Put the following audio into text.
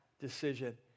decision